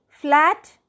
flat